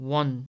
one